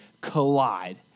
collide